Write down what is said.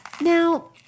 Now